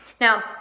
Now